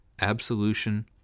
Absolution